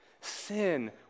Sin